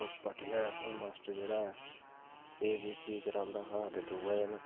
उस पट्टियै उप्पर मास्टर असें गी ए बी सी करांदा हा ते दूऐ दिन